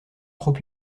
trop